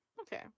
Okay